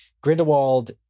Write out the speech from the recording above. Grindelwald